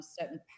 certain